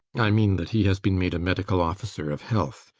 i mean that he has been made a medical officer of health.